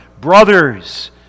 brothers